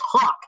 talk